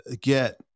get